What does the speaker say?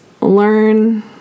learn